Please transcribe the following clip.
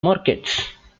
markets